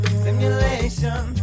simulation